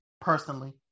personally